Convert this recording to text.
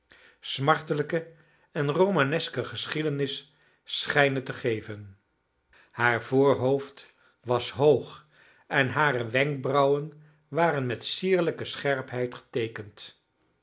smartelijke en romaneske geschiedenis schijnen te geven haar voorhoofd was hoog en hare wenkbrauwen waren met sierlijke scherpheid geteekend